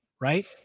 Right